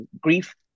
grief